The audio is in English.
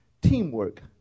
teamwork